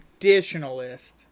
traditionalist